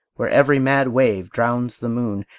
where every mad wave drowns the moon,